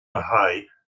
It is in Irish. haghaidh